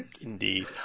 Indeed